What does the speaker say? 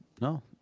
no